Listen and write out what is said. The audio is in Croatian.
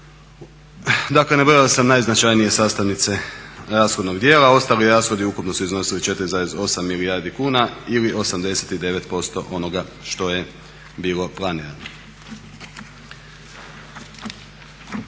Dakle nabrojao sam najznačajnije sastavnice rashodnog dijela. Ostali rashodi ukupno su iznosili 4,8 milijardi kuna ili 89% onoga što je bilo planirano.